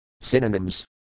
Synonyms